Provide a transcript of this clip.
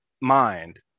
mind